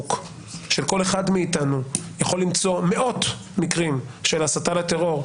בפייסבוק של כל אחד מאיתנו יכולה למצוא מאות מקרים של הסתה לטרור,